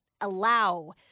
allow